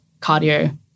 cardio